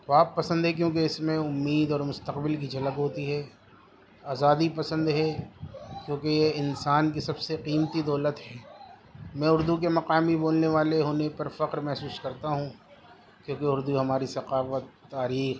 خواب پسند ہے کیونکہ اس میں امید اور مستقبل کی جھلک ہوتی ہے آزادی پسند ہے کیونکہ یہ انسان کی سب سے قیمتی دولت ہے میں اردو کے مقامی بولنے والے ہونے پر فخر محسوس کرتا ہوں کیونکہ اردو ہماری ثقافت تاریخ